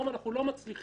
ברור שהוא משתף פעולה,